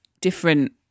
different